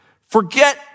Forget